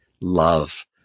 love